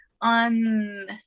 on